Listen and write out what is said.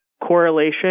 correlation